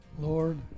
Lord